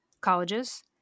colleges